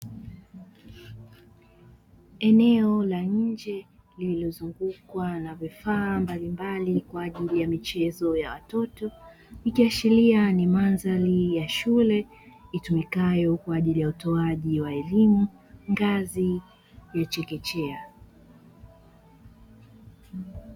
Eneo la nje lililozungukwa na vifaa mbalimbali kwaajili ya michezo ya watoto, ikiashiria ni mandhari ya shule itumikayo kwaajili ya utoaji wa elimu ngazi ya chekechea.